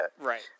right